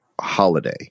holiday